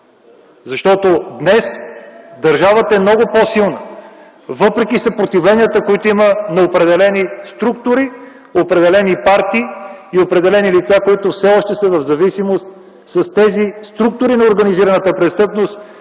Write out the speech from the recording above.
Защото днес държавата е много по-силна въпреки съпротивленията, които има на определени структури, определени партии и определени лица, които все още са в зависимост с тези структури на организираната престъпност,